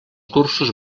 cursos